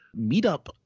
Meetup